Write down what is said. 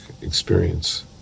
experience